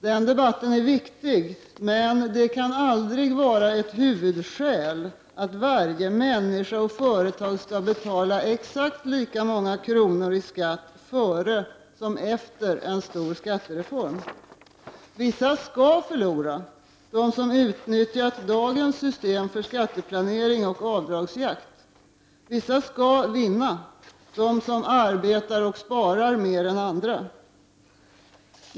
Den debatten är viktig, men det kan aldrig vara ett huvudskäl att varje människa och företag skall betala exakt lika många kronor i skatt före som efter en stor skattereform. Vissa skall förlora — de som utnyttjat dagens system för skatteplanering och avdragsjakt. Vissa skall vinna — de som arbetar och sparar mer än andra.